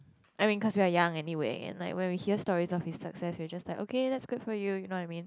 I mean because we're young anyway and like when we hear stories of his success we're just like okay that's good for you